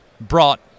brought